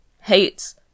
hates